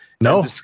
No